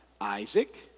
Isaac